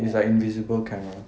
it's like invisible camera